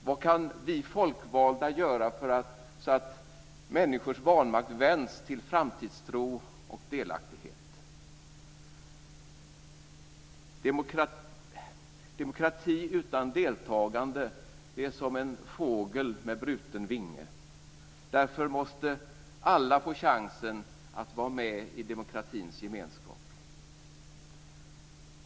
Vad kan vi folkvalda göra så att människors vanmakt vänds till framtidstro och delaktighet? Demokrati utan deltagande, det är som en fågel med bruten vinge. Därför måste alla få chansen att vara med i demokratins gemenskap.